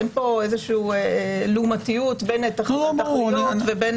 אין פה איזושהי לעומתיות בין התכליות ובין